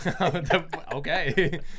Okay